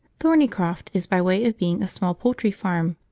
thornycroft is by way of being a small poultry farm.